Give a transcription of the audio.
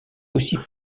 aussi